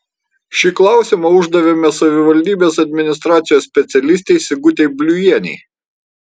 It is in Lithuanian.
šį klausimą uždavėme savivaldybės administracijos specialistei sigutei bliujienei